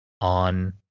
on